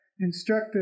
instructed